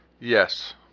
Yes